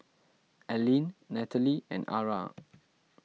Allene Nataly and Arah